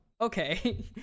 okay